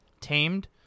tamed